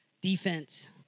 defense